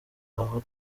aho